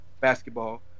basketball